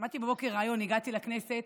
שמעתי בבוקר ריאיון, הגעתי לכנסת